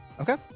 Okay